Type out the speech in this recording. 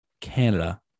Canada